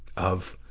of,